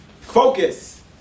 Focus